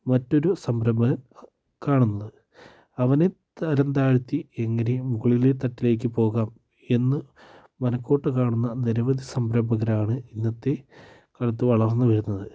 മറ്റൊരു സംരംഭകൻ കാണുന്നത് അവനെ തരം താഴ്ത്തി എങ്ങനെ മുകളിലെ തട്ടിലേക്ക് പോകാം എന്നു മനക്കോട്ട കാണുന്ന നിരവധി സംരംഭകരാണ് ഇന്നത്തെ കാലത്ത് വളർന്നു വരുന്നത്